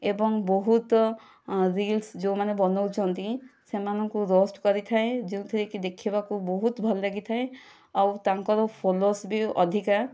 ଏବଂ ବହୁତ ରୀଲସ ଯେଉଁ ମାନେ ବନାଉଛନ୍ତି ସେମାନଙ୍କୁ ରୋଷ୍ଟ କରିଥାଏ ଯେଉଁଥିରେ କି ଦେଖିବାକୁ ବହୁତ ଭଲ ଲାଗିଥାଏ ଆଉ ତାଙ୍କର ଫଲୋଏର୍ସ ବି ଅଧିକା